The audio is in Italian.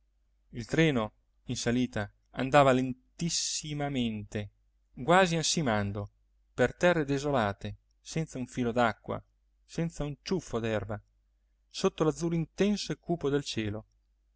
il treno in salita andava lentissimamente quasi ansimando per terre desolate senza un filo d'acqua senza un ciuffo d'erba sotto l'azzurro intenso e cupo del cielo